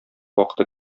вакыты